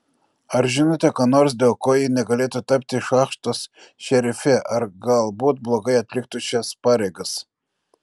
ar žinote ką nors dėl ko ji negalėtų tapti šachtos šerife ar galbūt blogai atliktų šias pareigas